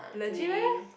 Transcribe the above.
legit meh